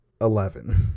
Eleven